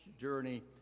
journey